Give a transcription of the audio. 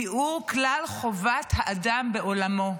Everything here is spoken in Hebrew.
ביאור כלל חובת האדם בעולמו.